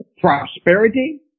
prosperity